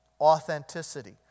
authenticity